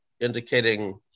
indicating